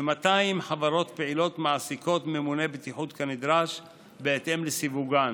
כ-200 חברות פעילות מעסיקות ממונה בטיחות כנדרש בהתאם לסיווגן,